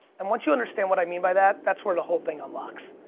and once you understand what i mean by that that's where the whole thing unlocks.